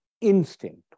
instinct